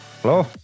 Hello